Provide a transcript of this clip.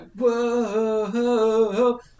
whoa